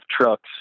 trucks